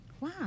Wow